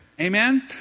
Amen